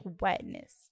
wetness